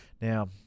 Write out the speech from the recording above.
Now